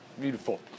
Beautiful